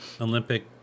Olympic